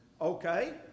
Okay